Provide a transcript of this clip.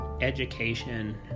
education